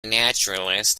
naturalist